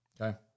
Okay